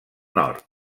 nord